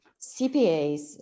CPAs